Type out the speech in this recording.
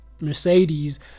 mercedes